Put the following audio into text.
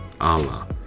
Allah